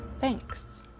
thanks